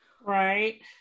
Right